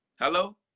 Hello